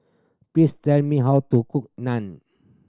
please tell me how to cook Naan